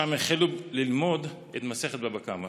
שם החלו ללמוד את מסכת בבא קמא.